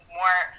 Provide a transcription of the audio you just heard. more